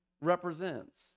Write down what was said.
represents